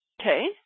Okay